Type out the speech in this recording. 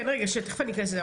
רגע, תכף אני אכנס לזה.